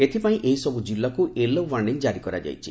ଏଥପାଇଁ ଏହିସବୁ ଜିଲ୍ଲାକୁ ୟେଲୋ ୱାର୍ଖିଂ କାରି କରାଯାଇଛି